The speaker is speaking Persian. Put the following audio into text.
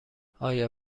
آیا